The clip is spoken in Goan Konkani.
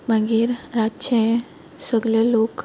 मागीर रातचे सगले लोक